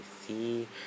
see